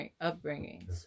upbringing